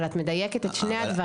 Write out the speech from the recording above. אבל את מדייקת את שני הדברים.